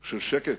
של שקט,